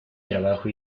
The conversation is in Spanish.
trabajo